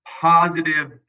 positive